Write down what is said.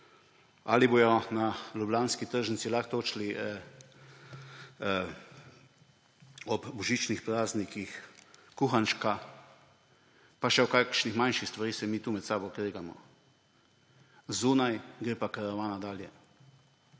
ali bodo na ljubljanski tržnici lahko točili ob božičnih praznikih kuhančka, pa še o kakšnih manjših stvareh se mi tu med sabo kregamo. Zunaj gre pa karavana dalje.